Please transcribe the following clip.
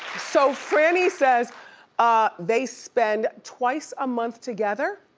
so franny says ah they spend twice a month together.